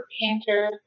painter